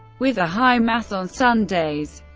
with a high mass on sundays.